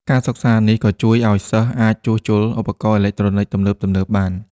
ការសិក្សានេះក៏ជួយឱ្យសិស្សអាចជួសជុលឧបករណ៍អេឡិចត្រូនិចទំនើបៗបាន។